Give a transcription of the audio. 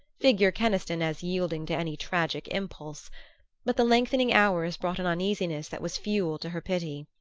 figure keniston as yielding to any tragic impulse but the lengthening hours brought an uneasiness that was fuel to her pity.